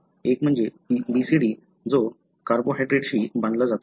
एक म्हणजे CBD जो कार्बोहायड्रेटशी बांधला जातो